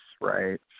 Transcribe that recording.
Right